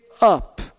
up